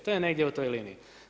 To je negdje u toj liniji.